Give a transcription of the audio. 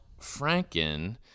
Franken